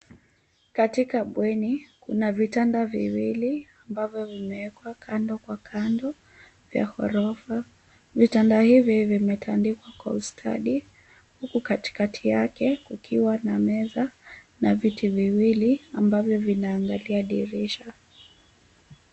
Katika bweni kuna vitanda viwili ambavyo vimewekwa kando kwa kando vya ghorofa. Vitanda hivi vimetandikwa kwa ustadi huku katikati Yake kukiwa na meza na vitu viwili ambavyo vinaangalia dirisha.